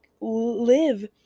live